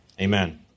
Amen